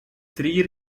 trier